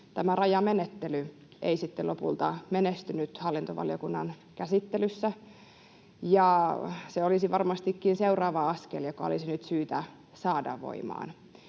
rajamenettely ei sitten lopulta menestynyt hallintovaliokunnan käsittelyssä. Se olisi varmastikin seuraava askel, joka olisi nyt syytä saada voimaan.